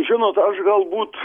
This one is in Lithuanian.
žinot aš galbūt